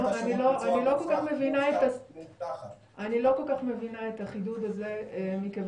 אני לא כל כך מבינה את החידוד הזה מכיוון